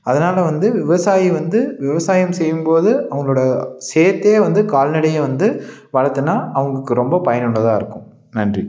அதனால வந்து விவசாயி வந்து விவசாயம் செய்யும்போது அவங்களோட சேர்த்தே வந்து கால்நடையை வந்து வளர்த்துனா அவங்கக்கு ரொம்ப பயனுள்ளதாகருக்கும் நன்றி